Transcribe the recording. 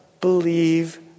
believe